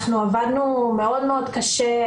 אנחנו עבדנו מאוד-מאוד קשה,